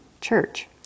church